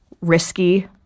risky